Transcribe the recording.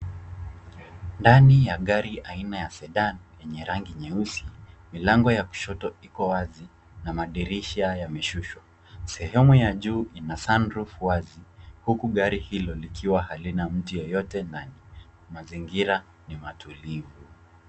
Ndani ya gari aina ya cedan yenye rangi nyeusi, milango ya kushoto iko wazi na madirisha yameshushwa. Sehemu ya juu ina sunroof wazi huku gari hilo likiwa halina mtu yeyote ndani. Mazingira ni matulivu.